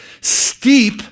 Steep